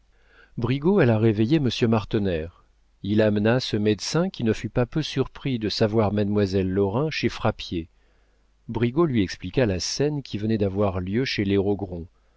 alla réveiller monsieur martener il amena ce médecin qui ne fut pas peu surpris de savoir mademoiselle lorrain chez frappier brigaut lui expliqua la scène qui venait d'avoir lieu chez les